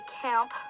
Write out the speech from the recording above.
camp